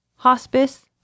Hospice